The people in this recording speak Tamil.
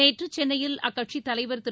நேற்று சென்னையில் அக்கட்சியின் தலைவர் திரு